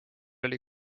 oli